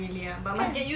kan